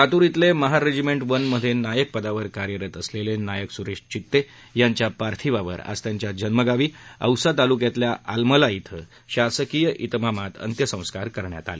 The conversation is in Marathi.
लातूर इथले महार रेजिर्में वन मध्ये नायक पदावर कार्यरत असलेले नायक स्रेश चिते यांच्या पार्थिवावर आज त्यांच्या जन्मगावी औसा तालुक्यातील आलमला इथं शासकीय इतमामात अंत्यसंस्कार करण्यात आले